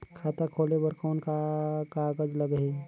खाता खोले बर कौन का कागज लगही?